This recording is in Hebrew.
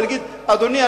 ולהגיד: אדוני,